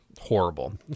horrible